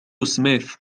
سميث